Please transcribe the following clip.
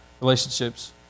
relationships